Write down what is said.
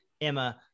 Emma